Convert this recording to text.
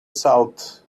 salt